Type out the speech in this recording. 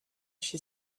she